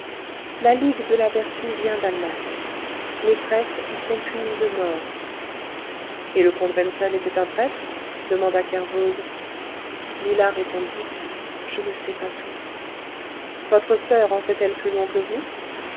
la ligue de la vertu vient d'allemagne les traîtres y sont punis de mort et le comte wenzel était un traître demanda kervoz lila répondit je ne sais pas tout votre soeur en sait-elle plus long que vous